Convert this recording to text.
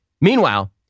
Meanwhile